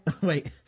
wait